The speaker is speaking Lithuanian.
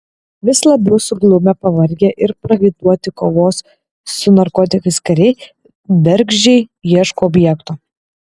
vis labiau suglumę pavargę ir prakaituoti kovos su narkotikais kariai bergždžiai ieško objekto